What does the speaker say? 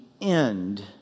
end